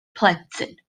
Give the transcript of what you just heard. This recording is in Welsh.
plentyn